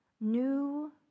new